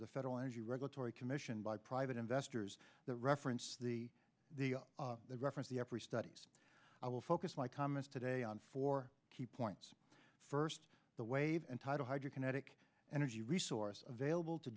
the federal energy regulatory commission by private investors the reference the reference the every studies i will focus my comments today on four key points first the wave and title hydro kinetic energy resource available to